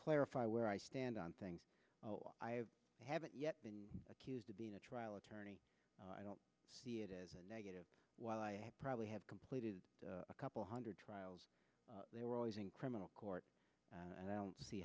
clarify where i stand on things i haven't yet been accused of being a trial attorney i don't see it as a negative while i have probably had completed a couple hundred trials they were always in criminal court and i don't see